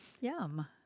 Yum